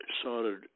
started